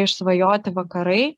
išsvajoti vakarai